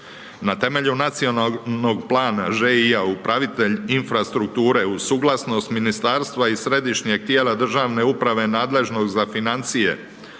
Na temelju nacionalnog plana ŽI-a, upravitelj infrastrukture, uz suglasnost ministarstva i središnjeg tijela državne uprave nadležnog za financije,